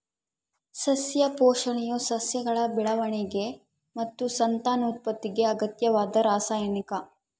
ಸಸ್ಯ ಪೋಷಣೆಯು ಸಸ್ಯಗಳ ಬೆಳವಣಿಗೆ ಮತ್ತು ಸಂತಾನೋತ್ಪತ್ತಿಗೆ ಅಗತ್ಯವಾದ ರಾಸಾಯನಿಕ